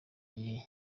gihe